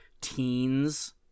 teens